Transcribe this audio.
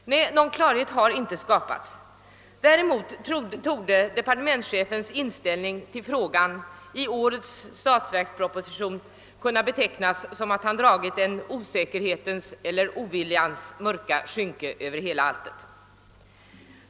Nej, någon klarhet har inte skapats. Däremot torde departementschefens inställning till denna fråga i årets statsverksproposition kunna beskrivas som att han dragit en osäkerhetens eller oviljans mörka skynke över hela ärendet.